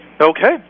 Okay